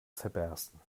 zerbersten